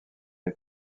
les